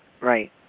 Right